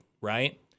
Right